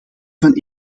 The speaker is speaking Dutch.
van